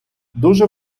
дуже